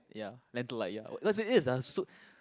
ya lentil like ya because it is lah soup